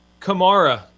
Kamara